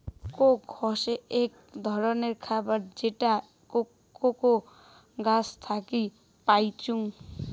Coke হসে আক ধররনের খাবার যেটা কোকো গাছ থাকি পাইচুঙ